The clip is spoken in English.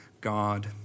God